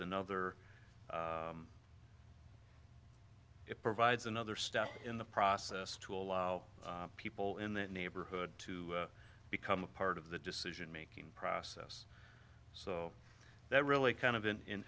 another it provides another step in the process to allow people in that neighborhood to become a part of the decision making process so that really kind of in